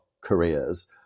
careers